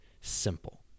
simple